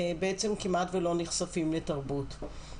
בעצם כמעט ולא נחשפים לתרבות.